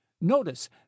Notice